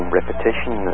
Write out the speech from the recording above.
repetition